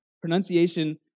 pronunciation